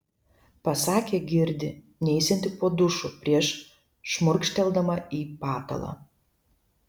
pasakė girdi neisianti po dušu prieš šmurkšteldama į patalą